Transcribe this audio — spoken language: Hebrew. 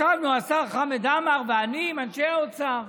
ישבנו, השר חמד עמאר ואני, עם אנשי האוצר.